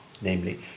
namely